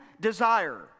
desire